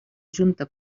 junta